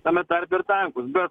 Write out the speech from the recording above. tame tarpe ir tankus bet